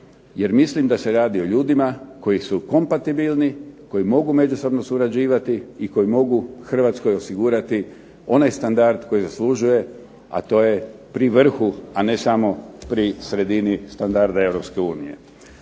jer mislim da se radi o ljudima koji su kompatibilni, koji mogu međusobno surađivati i koji mogu Hrvatskoj osigurati onaj standard koji zaslužuje, a to je pri vrhu, a ne samo pri sredini standarda